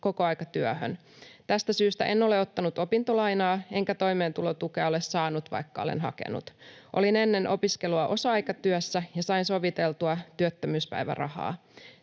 kokoaikatyöhön. Tästä syystä en ole ottanut opintolainaa, enkä toimeentulotukea ole saanut, vaikka olen hakenut. Olin ennen opiskelua osa-aikatyössä, ja sain soviteltua työttömyyspäivärahaa.